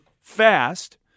fast